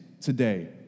today